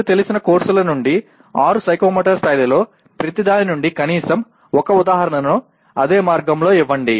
మీకు తెలిసిన కోర్సుల నుండి ఆరు సైకోమోటర్ స్థాయిలలో ప్రతిదాని నుండి కనీసం ఒక ఉదాహరణను అదే మార్గంలో ఇవ్వండి